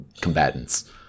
combatants